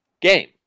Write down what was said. game